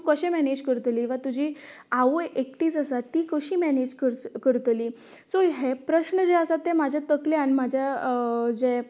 तूं कशें मेनेज करतली तुजी आवय एकटीच आसा ती कशी मेनेज कर करतली सो हे प्रस्न जे आसा ते म्हाज्या तकल्यांत म्हज्या जे